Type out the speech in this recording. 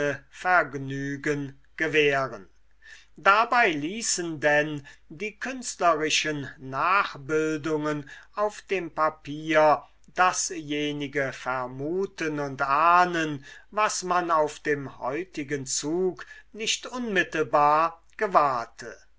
vergnügen gewähren dabei ließen denn die künstlerischen nachbildungen auf dem papier dasjenige vermuten und ahnen was man auf dem heutigen zug nicht unmittelbar gewahrte